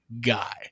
guy